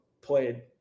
played